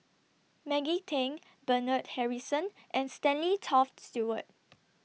Maggie Teng Bernard Harrison and Stanley Toft Stewart